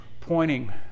pointing